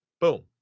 boom